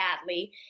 badly